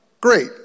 Great